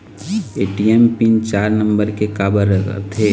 ATM PIN चार number के काबर करथे?